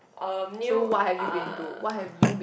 um new uh